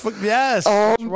Yes